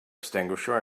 extinguisher